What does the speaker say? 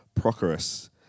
Prochorus